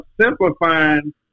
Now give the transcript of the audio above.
simplifying